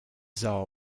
tsar